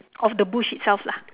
of the bush itself lah